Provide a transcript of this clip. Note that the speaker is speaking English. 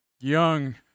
young